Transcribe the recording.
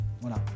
Voilà